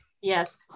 Yes